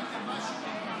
לפחות קיבלתם משהו?